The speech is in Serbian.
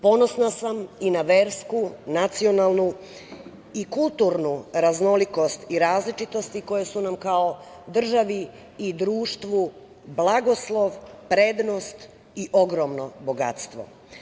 Ponosna sam i na versku, nacionalnu i kulturnu raznolikost i različitosti koje su nam kao državi i društvu blagoslov, prednost i ogromno bogatstvo.